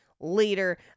later